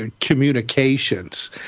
communications